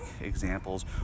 examples